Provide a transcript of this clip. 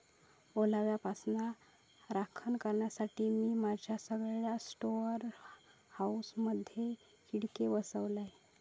ओलाव्यापासना राखण करण्यासाठी, मी माझ्या सगळ्या स्टोअर हाऊसमधे खिडके बसवलय